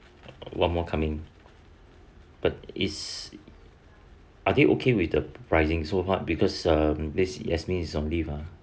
one more coming but is are they okay with the rising so hard because um this yasmin is on leave ah